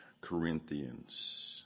Corinthians